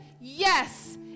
yes